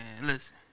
Listen